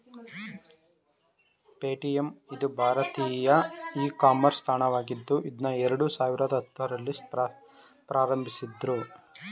Paytm ಇದು ಭಾರತೀಯ e commerce ತಾಣವಾಗಿದ್ದು ಇದ್ನಾ ಎರಡು ಸಾವಿರದ ಹತ್ತುರಲ್ಲಿ ಪ್ರಾರಂಭಿಸಿದ್ದ್ರು